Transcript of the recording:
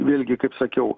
vėlgi kaip sakiau